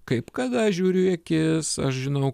kaip kada žiūriu į akis aš žinau